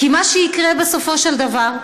כי מה שיקרה בסופו של דבר,